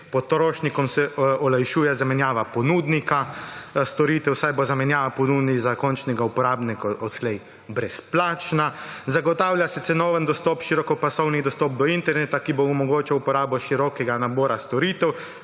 potrošnikom se olajšuje zamenjava ponudnika storitev, saj bo zamenjava ponudnika za končnega uporabnika odslej brezplačna. Zagotavlja se cenovni dostop širokopasovni dostop do interneta, ki bo omogočil uporabo širokega nabora storitev,